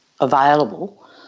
available